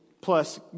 plus